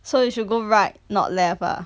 so you should go right not left ah